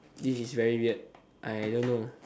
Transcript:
this is very weird I don't know